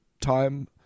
time